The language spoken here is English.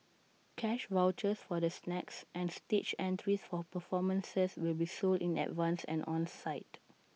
cash vouchers for the snacks and stage entries for performances will be sold in advance and on site